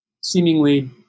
seemingly